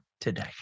today